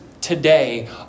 today